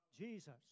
Jesus